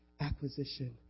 acquisition